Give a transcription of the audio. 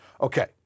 Okay